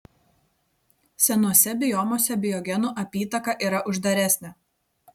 senuose biomuose biogenų apytaka yra uždaresnė